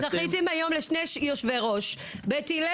<< יור >> פנינה